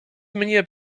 mnie